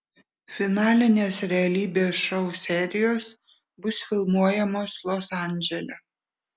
finalinės realybės šou serijos bus filmuojamos los andžele